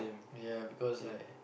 yeah because like